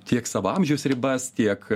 tiek savo amžiaus ribas tiek